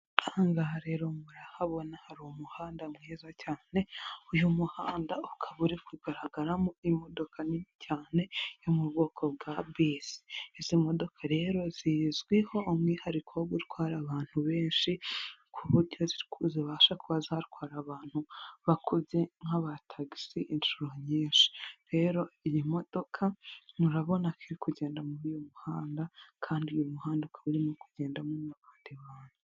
Ahanga aha rero murahabona hari umuhanda mwiza cyane uyu muhanda ukaba uri kugaragaramo imodoka nini cyane yo mu bwoko bwa bisi, izi modoka rero zizwiho umwihariko wo gutwara abantu benshi ku buryo zibasha kuba zatwara abantu bakubye nk'aba tagisi inshuro nyinshi. Rero iyi modoka murabona ko iri kugenda muri uyu muhanda kandi uyu muhanda ukaba urimo kugendamo n'abandi bantu.